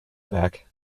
back